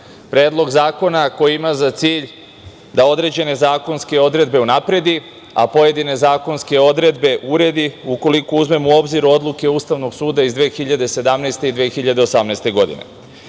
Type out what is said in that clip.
decom. Predlog zakona koji ima za cilj da određene zakonske odredbe unapredi, a pojedine zakonske odredbe uredi, ukoliko uzmemo u obzir odluke Ustavnog suda iz 2017. i 2018. godine. Kada